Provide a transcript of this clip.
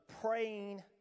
praying